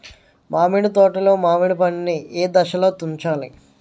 మామిడి తోటలో మామిడి పండు నీ ఏదశలో తుంచాలి?